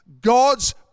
God's